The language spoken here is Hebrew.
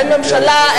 אין ממשלה,